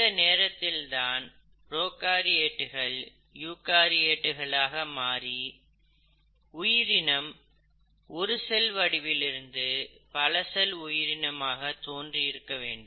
இந்த நேரத்தில்தான் புரோகாரியேட்டுகள் யூகாரியேட்டுகளாக மாறி உயிரினம் ஒரு செல் வடிவிலிருந்து பல செல் உயிரினமாக தோன்றியிருக்க வேண்டும்